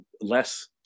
less